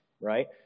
right